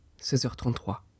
16h33